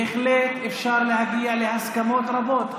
בהחלט אפשר להגיע להסכמות רבות.